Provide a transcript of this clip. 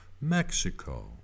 Mexico